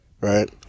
right